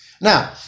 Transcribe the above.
Now